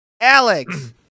Alex